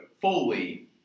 fully